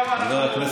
כמה אנחנו,